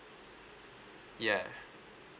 yeah